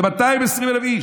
זה 220,000 איש.